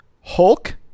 Hulk